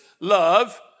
love